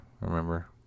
remember